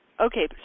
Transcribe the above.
okay